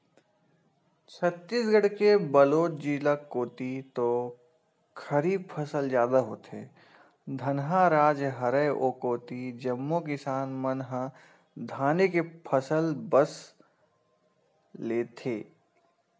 छत्तीसगढ़ के बलोद जिला कोती तो खरीफ फसल जादा होथे, धनहा राज हरय ओ कोती जम्मो किसान मन ह धाने के फसल बस लेथे